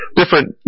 different